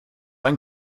ein